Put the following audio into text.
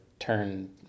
turn